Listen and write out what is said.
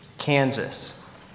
Kansas